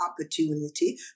opportunity